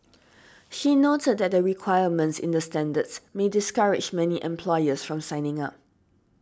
she noted that the requirements in the standards may discourage many employers from signing up